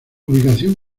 ubicación